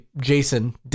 Jason